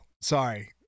Sorry